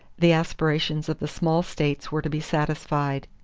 the aspirations of the small states were to be satisfied,